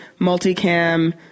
multicam